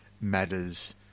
matters